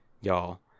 y'all